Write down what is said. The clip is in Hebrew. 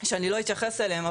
שאני לא אתייחס אליהן.